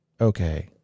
Okay